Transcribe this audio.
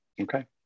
Okay